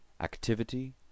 Activity